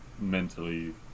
mentally